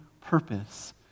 purpose